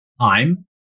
time